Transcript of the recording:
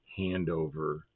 handover